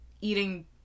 eating